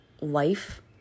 life